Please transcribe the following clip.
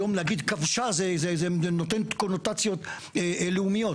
היום נגיד כבשה זה נותן קונוטציות לאומיות,